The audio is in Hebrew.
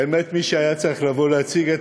האמת היא שמי שהיה צריך לבוא להציג את